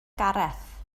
gareth